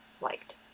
liked